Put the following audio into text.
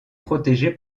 protégé